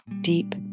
deep